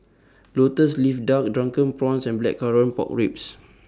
Lotus Leaf Duck Drunken Prawns and Blackcurrant Pork Ribs